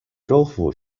州府